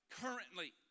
currently